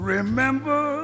Remember